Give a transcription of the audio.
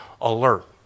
alert